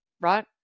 right